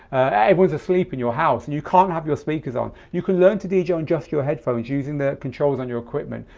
everyone's asleep in your house and you can't have your speakers on. you can learn to dj on just your headphones using the controls on your equipment.